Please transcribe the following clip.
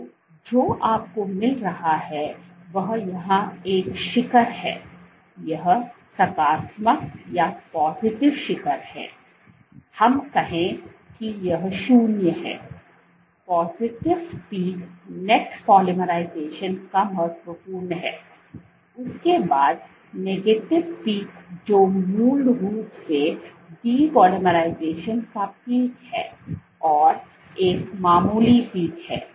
तो जो आपको मिल रहा है वह यहां एक शिखर है यह सकारात्मक शिखर है हम कहें कि यह 0 है पॉजिटिव पीक नेट पॉलीमराइजेशन का महत्वपूर्ण है उसके बाद नेगेटिव पीक जो मूल रूप से डीपॉलीमराइजेशन का पीक है और एक मामूली पीक है